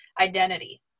identity